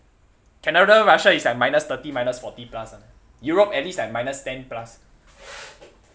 canada and russia is like minus thirty minus forty plus ah europe at least like minus ten plus